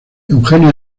eugenio